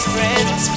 Friends